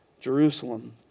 Jerusalem